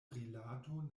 rilato